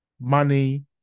money